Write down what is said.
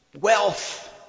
wealth